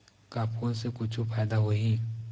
का फूल से कुछु फ़ायदा होही?